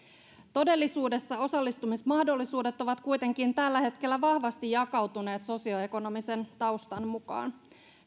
todellisuudessa osallistumismahdollisuudet ovat kuitenkin tällä hetkellä vahvasti jakautuneet sosioekonomisen taustan mukaan